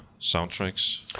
soundtracks